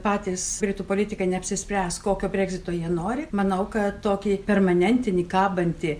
patys britų politikai neapsispręs kokio bregzito jie nori manau kad tokį permanentinį kabantį